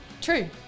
True